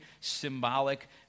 symbolic